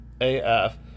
AF